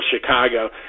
Chicago